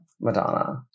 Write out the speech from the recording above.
madonna